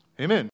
Amen